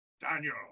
Daniel